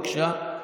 בבקשה,